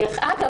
דרך אגב,